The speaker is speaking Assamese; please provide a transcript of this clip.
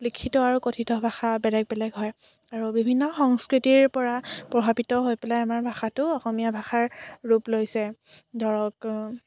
লিখিত আৰু কথিত ভাষা বেলেগ বেলেগ হয় অৰু বিভিন্ন সংস্কৃতিৰ পৰা প্ৰভাৱিত হৈ পেলাই আমাৰ ভাষাটো অসমীয়া ভাষাৰ ৰূপ লৈছে ধৰক